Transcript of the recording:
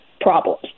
problems